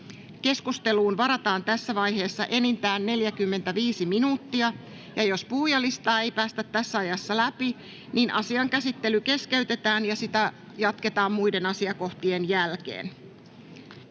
Keskusteluun varataan tässä vaiheessa enintään 45 minuuttia. Jos puhujalistaa ei tässä ajassa ehditä käydä loppuun, asian käsittely keskeytetään ja sitä jatketaan muiden asiakohtien jälkeen.